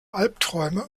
albträume